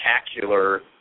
spectacular